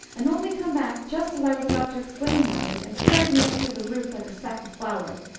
and only came back just as i was about to explain matters, and carried me up through the roof like a sack of flour.